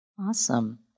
Awesome